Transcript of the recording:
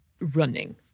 running